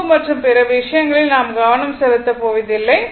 அம்பு மற்றும் பிற விஷயங்கள் நாம் கவனம் செலுத்த போவதில்லை